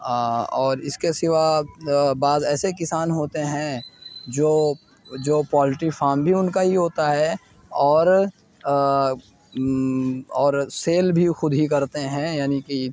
اور اس کے سوا بعض ایسے کسان ہوتے ہیں جو جو پولٹری فارم بھی ان کا ہی ہوتا ہے اور اور سیل بھی خود ہی کرتے ہیں یعنی کہ